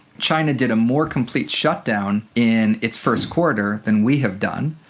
china did a more complete shut-down in its first quarter than we have done.